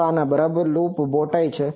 તો આ બરાબર લૂપ બોટાઈ છે